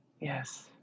Yes